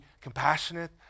compassionate